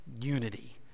unity